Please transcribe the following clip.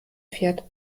fährt